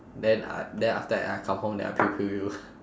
then I then after that I come home then I you